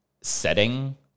setting